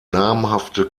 namhafte